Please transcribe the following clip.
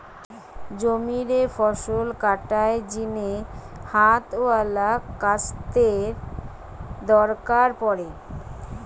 জমিরে ফসল কাটার জিনে হাতওয়ালা কাস্তের দরকার পড়ে